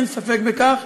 אין ספק בכך,